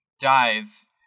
dies